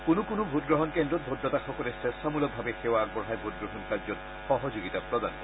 কোনো কোনো ভোটগ্ৰহণ কেন্দ্ৰত ভোটদাতাসকলে স্বেচ্ছামূলকভাৱে সেৱা আগবঢ়াই ভোটগ্ৰহণ কাৰ্যত সহযোগিতা প্ৰদান কৰে